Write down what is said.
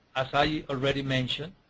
as i already mentioned,